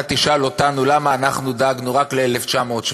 אתה תשאל אותנו למה אנחנו דאגנו רק ל-17'.